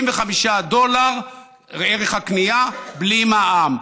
75 דולר ערך הקנייה, בלי מע"מ.